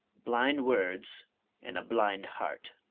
blind words and a blind heart!